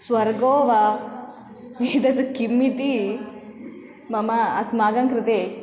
स्वर्गः वा एतद् किम् इति मम अस्माकं कृते